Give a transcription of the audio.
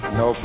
no